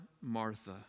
Martha